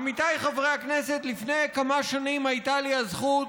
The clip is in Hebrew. עמיתיי חברי הכנסת, לפני כמה שנים הייתה לי הזכות